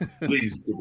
please